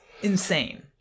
insane